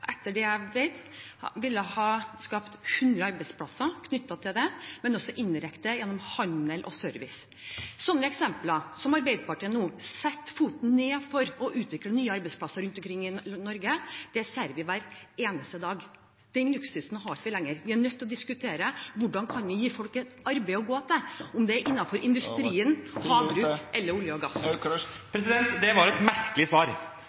jeg vet, ha skapt 100 arbeidsplasser i tilknytning til det, men også indirekte, gjennom handel og service. Slike eksempler, der Arbeiderpartiet setter foten ned for å utvikle nye arbeidsplasser rundt omkring i Norge, ser vi hver eneste dag. Den luksusen har vi ikke lenger. Vi er nødt til å diskutere hvordan vi kan gi folk et arbeid å gå til, om det er innenfor industrien , havbruk eller olje- og gassnæringen. Då er tida ute. Det var et merkelig svar.